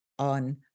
on